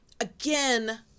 again